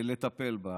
לטפל בה.